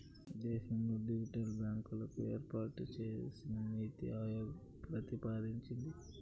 దేశంలో డిజిటల్ బ్యాంకులను ఏర్పాటు చేయాలని నీతి ఆయోగ్ ప్రతిపాదించింది